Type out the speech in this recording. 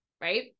right